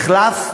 מֶחלָף?